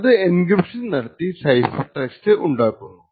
അത് എൻക്രിപ്ഷൻ നടത്തി cipher text ഉണ്ടാക്കുന്നു